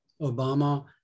Obama